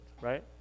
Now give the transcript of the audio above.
right